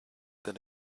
that